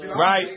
Right